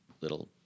little